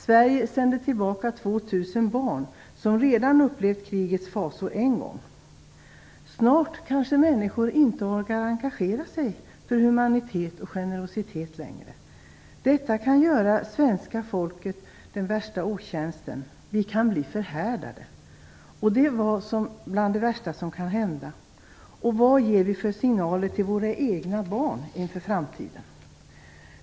Sverige sänder tillbaka 2 000 barn som redan har upplevt krigets fasor en gång. Snart kanske människor inte orkar engagera sig för humanitet och generositet längre. Detta kan göra svenska folket den värsta otjänsten. Vi kan bli förhärdade. Det är bland det värsta som kan hända. Vilka signaler ger vi till våra egna barn inför framtiden?